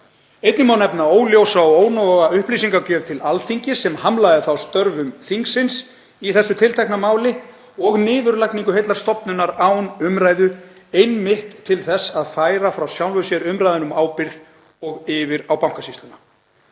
Einnig má nefna óljósa og ónóga upplýsingagjöf til Alþingis sem hamlaði störfum þingsins í þessu tiltekna máli og niðurlagningu heillar stofnunar án umræðu, einmitt til þess að færa frá sjálfum sér umræðuna um ábyrgð og yfir á Bankasýsluna.